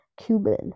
cuban